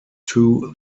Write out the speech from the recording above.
two